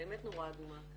באמת נורה אדומה.